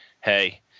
Hey